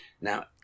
Now